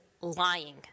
lying